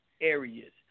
areas